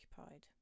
occupied